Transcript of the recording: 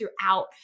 throughout